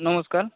নমস্কার